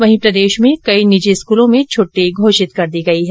वहीं प्रदेश में कई निजी स्कूलों में छुट्टी घोषित कर दी गई है